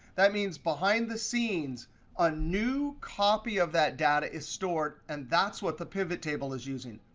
that means behind the scenes a new copy of that data is stored. and that's what the pivottable is using.